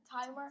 timer